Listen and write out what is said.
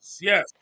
yes